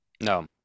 No